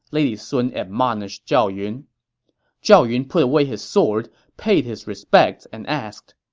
lady sun admonished zhao yun zhao yun put away his sword, paid his respects, and asked,